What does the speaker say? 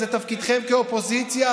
זה תפקידכם כאופוזיציה,